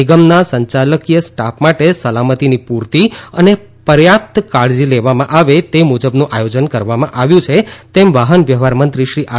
નિગમના સંચાલકીય સ્ટાફ માટે સલામતીની પુરતી અને પર્યાપ્ત કાળજી લેવામાં આવે તે મુજબનું આયોજન કરવામાં આવ્યું છે તેમ વાહન વ્યવહાર મંત્રી શ્રી આર